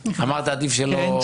בשעה ארבע, חמש אחר הצוהריים.